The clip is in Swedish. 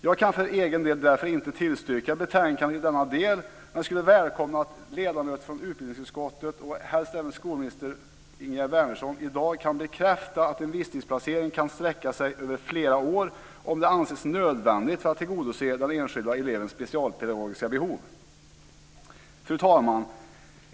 För egen del kan jag därför inte tillstyrka betänkandet i denna del men jag skulle välkomna att ledamöter i utbildningsutskottet, och helst även skolminister Ingegerd Wärnersson, i dag bekräftade att en visstidsplacering kan sträcka sig över flera år om det anses nödvändigt för att tillgodose den enskilda elevens specialpedagogiska behov. Fru talman!